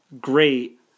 great